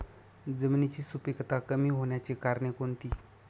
जमिनीची सुपिकता कमी होण्याची कारणे कोणती?